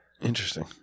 Interesting